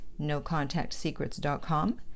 NoContactSecrets.com